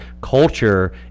Culture